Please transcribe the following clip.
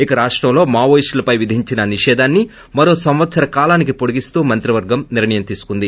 ఇక రాష్టంలో మావోయిస్టులపై విధించిన నిషేధాన్ని మరో ఏడాది కాలం పొడిగిస్తూ మంత్రివర్గం నిర్ణయం తీసుకుంది